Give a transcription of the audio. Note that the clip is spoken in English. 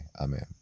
Amen